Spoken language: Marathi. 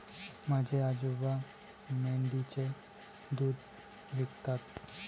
माझे आजोबा मेंढीचे दूध विकतात